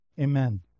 amen